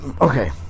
okay